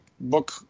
book